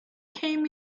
came